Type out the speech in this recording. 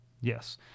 Yes